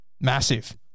massive